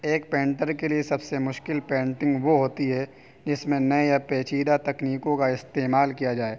ایک پینٹر کے لیے سب سے مشکل پینٹنگ وہ ہوتی ہے جس میں نئے یا پیچیدہ تکنیکوں کا استعمال کیا جائے